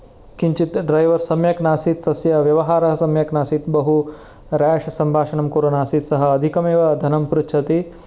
किञ्चित् ड्रैवर् सम्यक् नासीत् तस्य व्यवहारः सम्यक् नासीत् बहु राष् सम्भाषणं कुर्वन्नासीत् सः अधिकमेव धनं पृच्छति